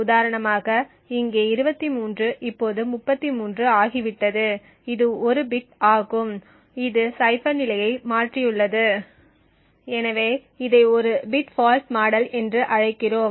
உதாரணமாக இங்கே 23 இப்போது 33 ஆகிவிட்டது இது 1 பிட் ஆகும் இது சைபர் நிலையை மாற்றியுள்ளது எனவே இதை ஒரு பிட் ஃபால்ட் மாடல் என்று அழைக்கிறோம்